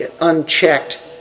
unchecked